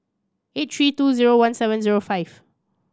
eight three two zero one seven zero five